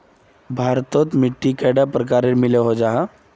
भारत तोत मिट्टी कैडा प्रकारेर मिलोहो जाहा?